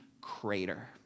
crater